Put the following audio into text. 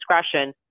discretion